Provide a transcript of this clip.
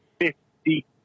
fifty